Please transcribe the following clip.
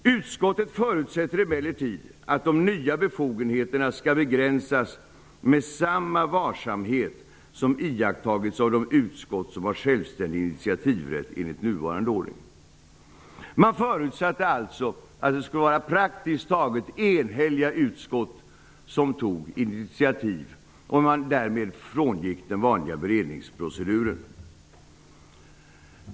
Och vidare: Utskottet förutsätter emellertid att de nya befogenheterna skall begränsas med samma varsamhet som iakttagits av de utskott som har självständig initiativrätt enligt nuvarande ordning. Man förutsatte alltså att det skulle vara praktiskt taget enhälliga utskott som tog initiativ om man frångick den vanliga beredningsproceduren.